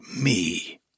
me